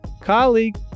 colleague